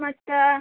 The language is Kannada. ಮತ್ತು